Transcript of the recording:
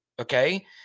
Okay